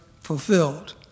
fulfilled